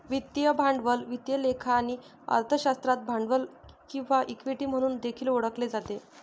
वित्तीय भांडवल वित्त लेखा आणि अर्थशास्त्रात भांडवल किंवा इक्विटी म्हणून देखील ओळखले जाते